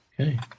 Okay